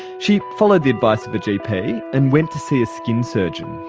she followed the advice of a gp and went to see a skin surgeon.